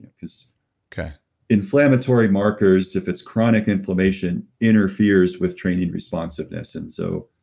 and because inflammatory markers. if it's chronic inflammation interferes with training responsiveness. and so,